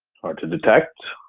hard to detect,